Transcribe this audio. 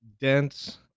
dense